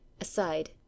Aside